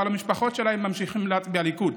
אבל המשפחות שלהם ממשיכות להצביע ליכוד.